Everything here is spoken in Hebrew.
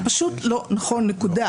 זה פשוט לא נכון, נקודה.